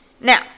now